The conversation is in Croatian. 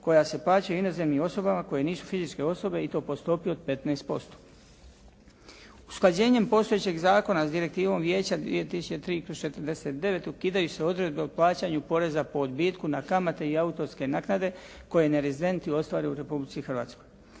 koja se plaćaju inozemnim osobama koje nisu fizičke osobe i to po stopi od 15%. Usklađenjem postojećeg zakona s Direktivom vijeća 2003/49 ukidaju se odredbe o plaćanju poreza po odbitku na kamate i autorske naknade koje nerizdentni ostvare u Republici Hrvatskoj.